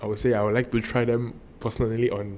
I would say I would like to try them personally and